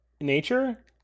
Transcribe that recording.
nature